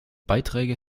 beiträge